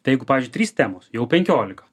taigi jeigu pavysdžiui trys temos jau penkiolika